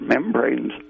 membranes